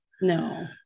No